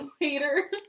later